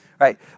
Right